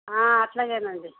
అలాగేనండి